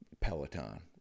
Peloton